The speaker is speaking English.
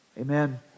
Amen